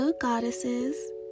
goddesses